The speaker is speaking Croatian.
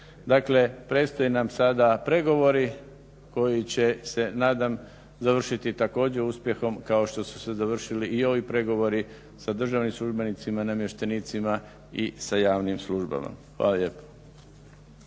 Dakle, predstoje nam sada pregovori koji će se nadam završiti također uspjehom kao što su se završili i ovi pregovori sa državnim službenicima i namještenicima i sa javnim službama. Hvala lijepo.